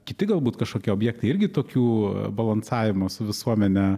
kiti galbūt kažkokie objektai irgi tokių balansavimo su visuomene